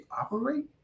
operate